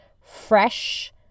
fresh